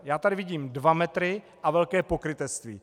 Já tady vidím dva metry a velké pokrytectví.